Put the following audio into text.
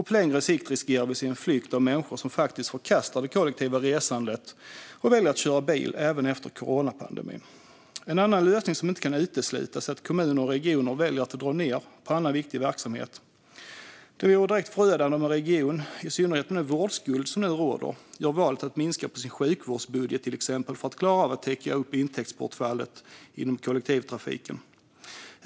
På längre sikt riskerar vi att se en flykt av människor som förkastar det kollektiva resandet och väljer att köra bil även efter coronapandemin. En annan lösning som inte kan uteslutas är att kommuner och regioner väljer att dra ned på annan viktig verksamhet. Det vore förödande om en region, i synnerhet med den vårdskuld som nu råder, gör valet att till exempel minska sin sjukvårdsbudget för att kunna täcka upp intäktsbortfallet inom kollektivtrafiken.